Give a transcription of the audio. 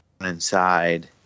inside